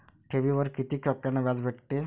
ठेवीवर कितीक टक्क्यान व्याज भेटते?